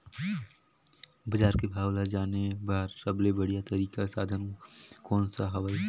बजार के भाव ला जाने बार सबले बढ़िया तारिक साधन कोन सा हवय?